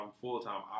full-time